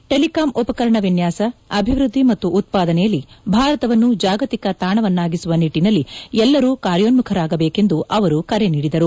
telecom ಉಪಕರಣ ವಿನ್ಯಾಸ ಅಭಿವೃದ್ದಿ ಮತ್ತು ಉತ್ಪಾದನೆಯಲ್ಲಿ ಭಾರತವನ್ನು ಜಾಗತಿಕ ತಾಣವನ್ನಾಗಿಸುವ ನಿಟ್ಟಿನಲ್ಲಿ ಎಲ್ಲರೂ ಕಾರ್ಯೋನ್ಮುಖರಾಗಬೇಕೆಂದು ಅವರು ಕರೆ ನೀಡಿದರು